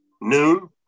noon